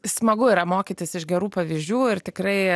smagu yra mokytis iš gerų pavyzdžių ir tikrai